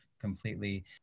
completely